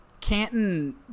Canton